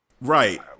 Right